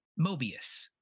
Mobius